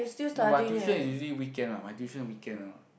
no but tuition is usually weekend ah my tuition weekend ah